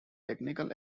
technical